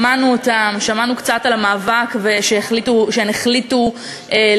שמענו אותן, שמענו קצת על המאבק שהן החליטו לקיים.